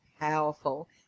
powerful